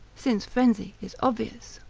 since frenzy is obvious.